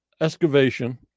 excavation